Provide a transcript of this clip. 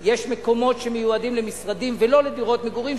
יש מקומות שמיועדים למשרדים ולא לדירות מגורים,